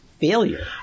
failure